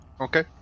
Okay